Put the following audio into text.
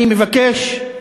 אני מבקש,